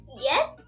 Yes